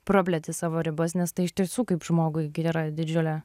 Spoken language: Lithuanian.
prapleti savo ribas nes tai iš tiesų kaip žmogui gi yra didžiulė